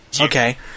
Okay